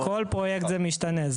כל פרויקט זה משתנה.